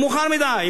זה מאוחר מדי.